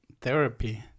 therapy